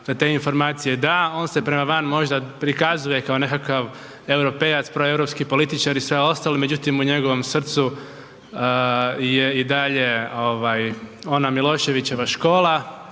da te informacije da. On se prema van možda prikazuje kao nekakav europejac, proeuropski političar i sve ostalo, međutim u njegovom srcu je i dalje ona Miloševićeva škola,